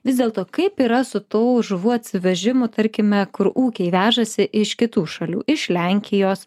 vis dėlto kaip yra su tų žuvų atsivežimu tarkime kur ūkiai vežasi iš kitų šalių iš lenkijos